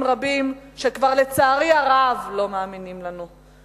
רבים שלצערי הרב כבר לא מאמינים לנו.